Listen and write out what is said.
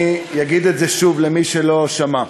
אני אגיד את זה שוב, למי שלא שמע,